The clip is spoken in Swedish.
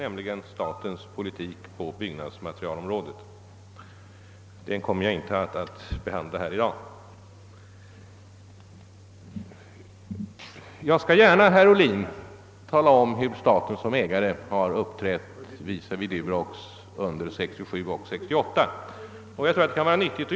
Den saken skall jag därför inte behandla i dag. Jag skall gärna, herr Ohlin, redogöra för hur staten har uppträtt i egenskap av ägare av Durox under åren 1967 och 1968.